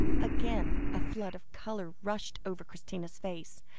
again a flood of colour rushed over christina's face,